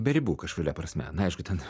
be ribų kažkuria prasme na aišku ten